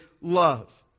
love